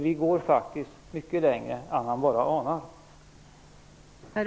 Vi går nämligen mycket längre än han anar.